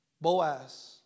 Boaz